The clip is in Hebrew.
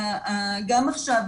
גם עכשיו,